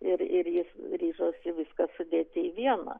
ir ir jis ryžosi viską sudėti į vieną